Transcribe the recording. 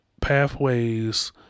pathways